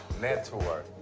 network.